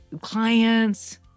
clients